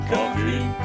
Coffee